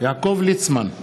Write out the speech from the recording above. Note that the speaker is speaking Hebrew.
יעקב ליצמן,